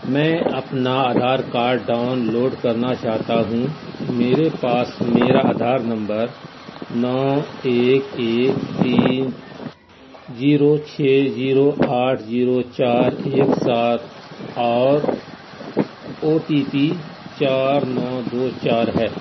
میں اپنا Aadhaar card download کرنا چاہتا ہوں میرے پاس میرا آدھار نمبر نو ایک ایک تین زیرو چھ زیرو آٹھ زیرو چار ایک سات اور او ٹی پی چار نو دو چار ہے